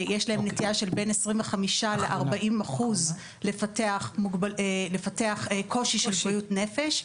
יש להם נטייה של בין 25% ל-40% לפתח קושי של בריאות נפש,